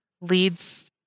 leads